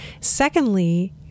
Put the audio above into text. secondly